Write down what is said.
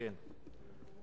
כן,